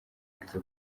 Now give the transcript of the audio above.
bwiza